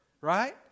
Right